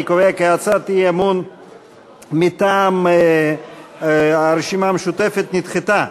אני קובע כי הצעת האי-אמון מטעם הרשימה המשותפת נדחתה.